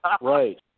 Right